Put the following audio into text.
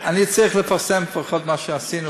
אלא זו פגיעה במדינת ישראל כמדינה ריבונית שעומדת על עצמה.